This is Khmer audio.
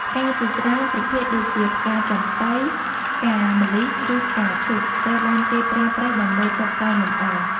ផ្កាជាច្រើនប្រភេទដូចជា ផ្កាចំប៉ី ផ្កាម្លិះ ឬផ្កាឈូក ត្រូវបានគេប្រើប្រាស់ ដើម្បីតុបតែងលម្អ។